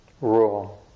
rule